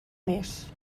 més